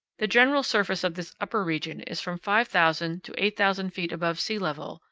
the general surface of this upper region is from five thousand to eight thousand feet above sea level,